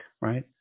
right